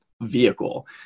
vehicle